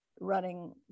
running